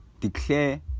declare